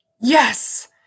Yes